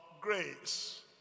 grace